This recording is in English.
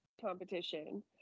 competition